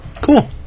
Cool